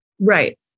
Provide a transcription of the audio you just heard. Right